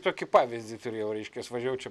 tokį pavyzdį turėjau reiškias važiavau čia